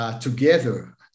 together